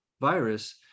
virus